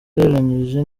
ugereranyije